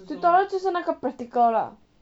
tutorial 就是那个 practical lah